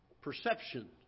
perception